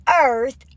earth